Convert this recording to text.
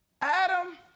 Adam